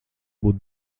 būt